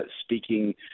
speaking